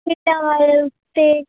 ਪਿੰਡਾਂ ਵੱਲ ਤਾਂ